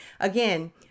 Again